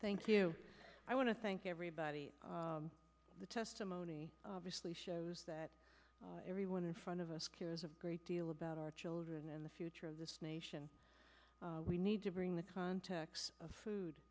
thank you i want to thank everybody for the testimony obviously shows that everyone in front of us cares a great deal about our children in the future of this nation we need to bring the context of food